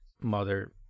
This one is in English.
mother